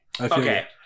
Okay